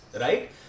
Right